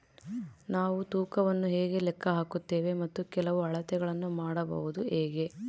ನಾವು ತೂಕವನ್ನು ಹೇಗೆ ಲೆಕ್ಕ ಹಾಕುತ್ತೇವೆ ಮತ್ತು ಕೆಲವು ಅಳತೆಗಳನ್ನು ಮಾಡುವುದು ಹೇಗೆ?